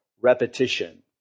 repetition